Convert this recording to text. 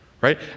Right